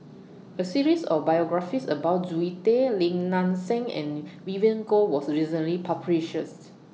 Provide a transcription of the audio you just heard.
A series of biographies about Zoe Tay Lim Nang Seng and Vivien Goh was recently